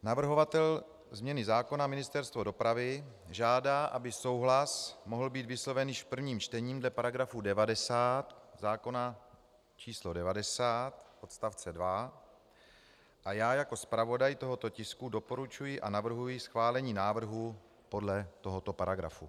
Navrhovatel změny zákona, Ministerstvo dopravy, žádá, aby souhlas mohl být vysloven již v prvním čtení dle § 90 zákona č. 90 odst. 2 a já jako zpravodaj tohoto tisku doporučuji a navrhuji schválení návrhu podle tohoto paragrafu.